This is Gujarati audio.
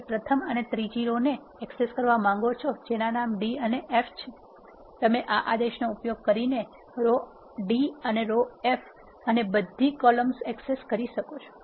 તમે પ્રથમ અને ત્રીજી રો ને એક્સેસ કરવા માંગો છો જેના નામ d અને f છે તમે આ આદેશનો ઉપયોગ કરીને રો d અને રો f અને બધી કોલમ્સ એક્સેસ કરી શકો છો